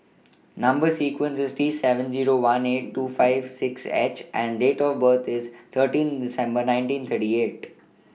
Number sequence IS T seven Zero one eight two five six H and Date of birth IS thirteenth December nineteen thirty eight